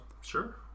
sure